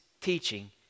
teaching